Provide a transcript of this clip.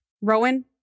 Rowan